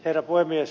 herra puhemies